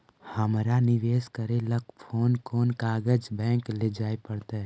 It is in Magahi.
हमरा निवेश करे ल कोन कोन कागज बैक लेजाइ पड़तै?